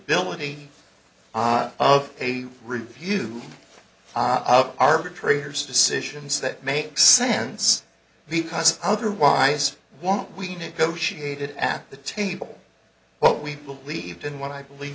ability of a review to arbitrators decisions that make sense because otherwise what we negotiated act the table what we believed in what i believe